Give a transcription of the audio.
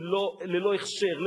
ללא הכשר,